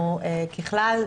ככלל,